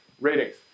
ratings